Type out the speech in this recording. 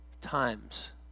times